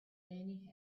any